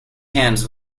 hands